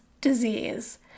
disease